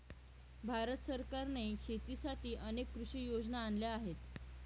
भारत सरकारने शेतीसाठी अनेक कृषी योजना आणल्या आहेत